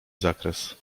zakres